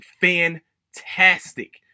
fantastic